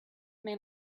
may